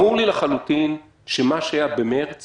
ברור לי לחלוטין שמה שהיה במרץ